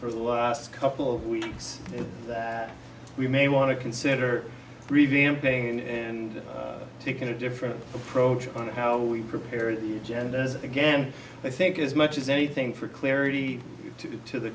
for the last couple of weeks that we may want to consider revealing thing and taking a different approach on how we prepare the agendas again i think as much as anything for clarity to the